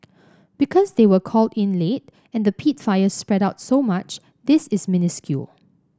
because they were called in late and the peat fire spread out so much this is minuscule